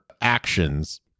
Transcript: actions